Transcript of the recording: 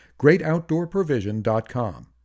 GreatOutdoorProvision.com